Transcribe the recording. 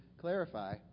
clarify